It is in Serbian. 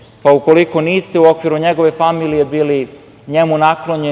pa ukoliko niste u okviru njegove familije bili njemu naklonjeni